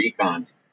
econs